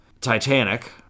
Titanic